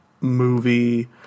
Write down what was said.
movie